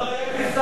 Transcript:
אבל היה קיסר.